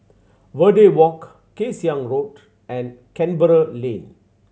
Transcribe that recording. Verde Walk Kay Siang Road and Canberra Lane